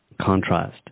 contrast